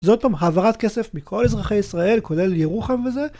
זאת העברת כסף מכל אזרחי ישראל, כולל ירוחם וזה